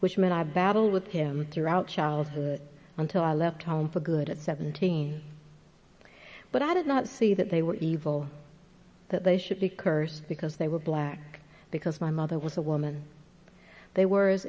which meant i battled with him throughout childhood until i left home for good at seventeen but i did not see that they were evil that they should be cursed because they were black because my mother was a woman they were as